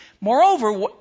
Moreover